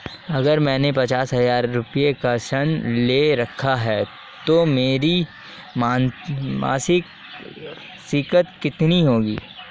अगर मैंने पचास हज़ार रूपये का ऋण ले रखा है तो मेरी मासिक किश्त कितनी होगी?